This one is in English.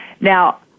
Now